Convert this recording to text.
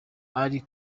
babanje